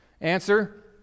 Answer